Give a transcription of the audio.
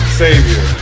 savior